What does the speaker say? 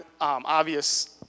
obvious